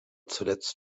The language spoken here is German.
zuletzt